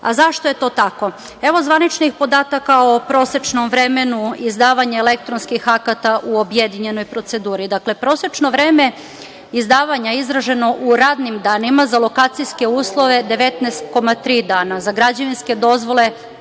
Zašto je to tako? Evo zvaničnih podataka o prosečnom vremenu izdavanja elektronskih akta u objedinjenoj proceduri. Dakle, prosečno vreme izdavanja izraženo u radnim danima za lokacijske uslove 19,3 dana, za građevinske dozvole